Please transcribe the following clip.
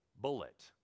bullet